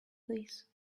this